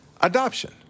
adoption